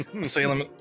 Salem